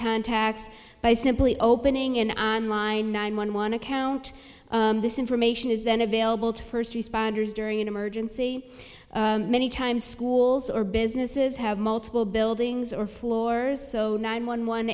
contacts by simply opening an on line nine one one account this information is then available to first responders during an emergency many times schools or businesses have multiple buildings or floors so nine one one